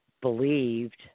believed